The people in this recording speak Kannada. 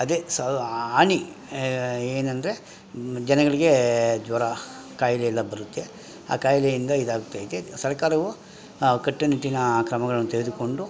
ಅದೇ ಹಾನಿ ಏನಂದರೆ ಜನಗಳಿಗೆ ಜ್ವರ ಕಾಯಿಲೆ ಎಲ್ಲ ಬರುತ್ತೆ ಆ ಕಾಯಿಲೆಯಿಂದ ಇದಾಗ್ತೈತೆ ಸರ್ಕಾರವು ಕಟ್ಟುನಿಟ್ಟಿನ ಕ್ರಮಗಳನ್ನ ತೆಗೆದುಕೊಂಡು